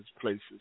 places